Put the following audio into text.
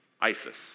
ISIS